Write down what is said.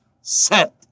set